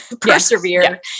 persevere